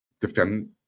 defend